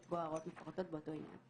לקבוע הוראות מפורטות באותו עניין".